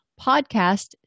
podcast